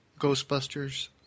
Ghostbusters